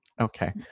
Okay